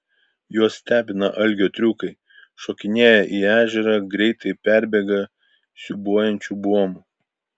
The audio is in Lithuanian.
juos stebina algio triukai šokinėja į ežerą greitai perbėga siūbuojančiu buomu